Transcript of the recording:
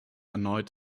erneut